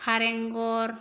कारेंघर